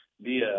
via